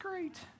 great